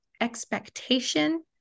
expectation